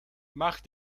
mach